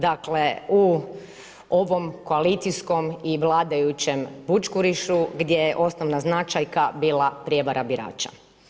Dakle u ovom koalicijskom i vladajućem bućkurišu gdje je osnovna značajka bila prevara birača.